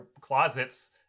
closets